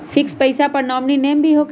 Fix पईसा पर nominee name भी होकेला?